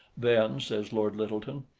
then, says lord lyttelton,